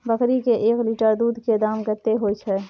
बकरी के एक लीटर दूध के दाम कतेक होय छै?